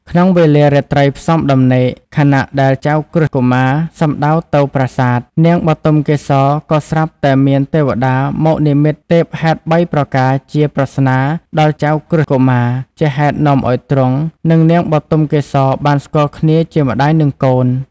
ក្នុងវេលារាត្រីផ្សំដំណេក ខណៈដែលចៅក្រឹស្នកុមារសំដៅទៅប្រាសាទ នាងបុទមកេសរក៏ស្រាប់តែមានទេវតាមកនិមិត្តទេពហេតុបីប្រការជាប្រស្នាដល់ចៅក្រឹស្នកុមារ ជាហេតុនាំឱ្យទ្រង់ និងនាងបុទមកេសរបានស្គាល់គ្នាជាម្តាយនិងកូន។